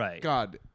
God